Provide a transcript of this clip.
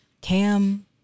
Cam